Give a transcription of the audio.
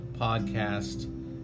Podcast